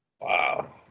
Wow